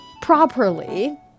properly